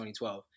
2012